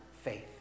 faith